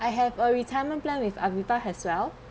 I have a retirement plan with AVIVA as well